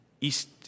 East